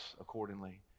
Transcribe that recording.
accordingly